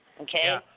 Okay